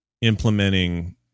implementing